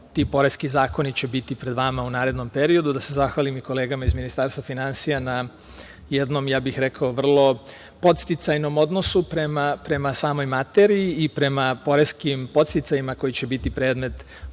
ti poreski zakoni će biti pred vama u narednom periodu, da se zahvalim i kolegama iz Ministarstva finansija na jednom vrlo podsticajnom odnosu prema samoj materiji i prema poreskim podsticajima koji će biti predmet